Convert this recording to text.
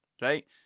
right